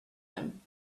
him